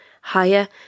Higher